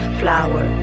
flower